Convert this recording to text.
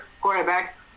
quarterback